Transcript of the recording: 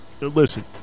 listen